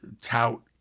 tout